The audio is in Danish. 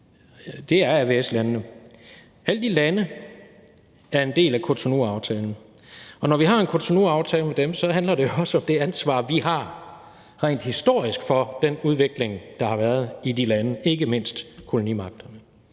det er AVS-landene. Alle de lande er en del af Cotonouaftalen. Og når vi har en Cotonouaftale med dem, handler det jo også om det ansvar, vi har rent historisk for den udvikling, der har været i de lande, ikke mindst kolonimagterne.